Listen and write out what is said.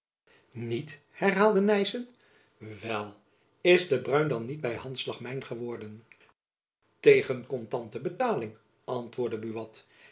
niet herhaalde nyssen wel is de bruin dan niet by handslag mijn geworden tegen kontante betaling antwoordde buat